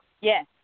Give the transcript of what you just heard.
Yes